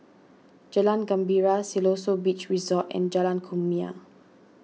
Jalan Gembira Siloso Beach Resort and Jalan Kumia